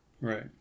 Right